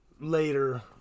later